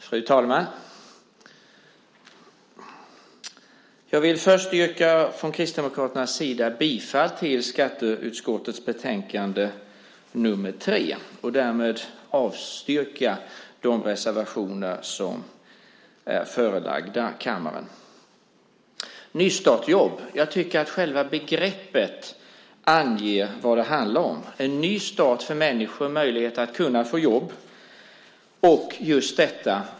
Fru talman! Jag vill först från Kristdemokraternas sida yrka bifall till skatteutskottets betänkande nr 3 och därmed avstyrka de reservationer som är förelagda kammaren. Jag tycker att själva begreppet nystartsjobb anger vad det handlar om, nämligen en ny start för människor med möjlighet att få jobb.